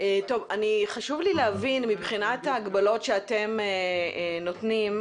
חשוב לי להבין מבחינת ההגבלות שאתם נותנים,